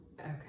Okay